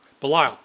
Belial